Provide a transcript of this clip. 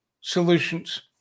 solutions